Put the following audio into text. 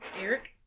Eric